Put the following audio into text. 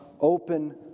open